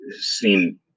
seen